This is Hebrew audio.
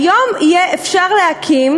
היום יהיה אפשר להקים,